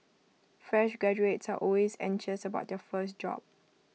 fresh graduates are always anxious about their first job